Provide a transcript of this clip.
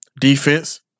Defense